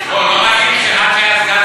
לא, חס וחלילה.